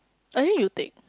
I think you take